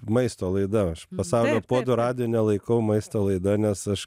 maisto laida aš pasaulio puodų radijuj nelaikau maisto laida nes aš